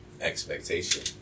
expectation